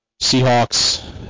seahawks